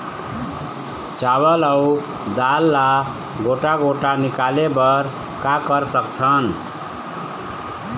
चावल अऊ दाल ला गोटा गोटा निकाले बर का कर सकथन?